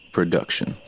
Production